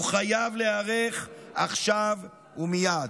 הוא חייב להיערך עכשיו ומייד.